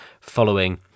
following